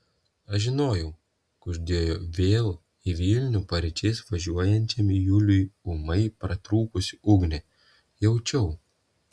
aš žinojau kuždėjo vėl į vilnių paryčiais važiuojančiam juliui ūmai pratrūkusi ugnė jaučiau